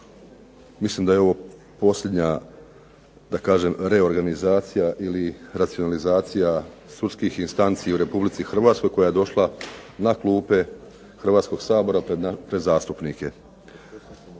mislim da je ovo posljednja da kažem reorganizacija ili racionalizacija sudskih instanci u Republici Hrvatskoj koja je došla na klupe Hrvatskoga sabora pred zastupnike.